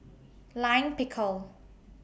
Lime Pickle